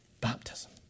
baptism